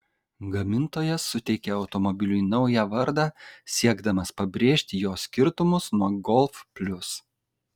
gamintojas suteikė automobiliui naują vardą siekdamas pabrėžti jo skirtumus nuo golf plius